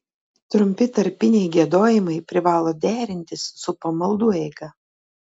trumpi tarpiniai giedojimai privalo derintis su pamaldų eiga